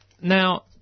Now